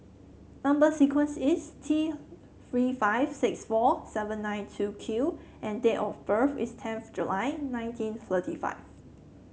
number sequence is T Three five six four seven nine two Q and date of birth is tenth July nineteen thirty five